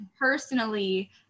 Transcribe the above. personally